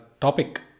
topic